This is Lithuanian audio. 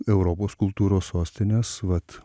europos kultūros sostinės vat